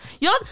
y'all